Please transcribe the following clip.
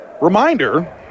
reminder